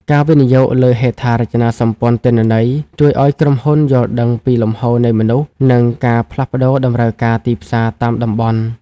ការវិនិយោគលើ "ហេដ្ឋារចនាសម្ព័ន្ធទិន្នន័យ" ជួយឱ្យក្រុមហ៊ុនយល់ដឹងពីលំហូរនៃមនុស្ស និងការផ្លាស់ប្តូរតម្រូវការទីផ្សារតាមតំបន់។